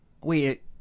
Wait